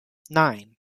nine